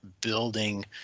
building